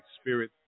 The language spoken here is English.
Spirit